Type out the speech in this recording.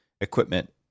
equipment